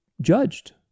judged